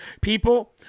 people